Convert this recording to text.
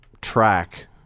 track